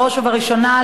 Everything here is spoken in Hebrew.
בראש ובראשונה,